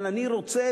אבל אני רוצה,